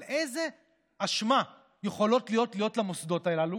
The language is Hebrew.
אבל איזה אשמה יכולה להיות למוסדות הללו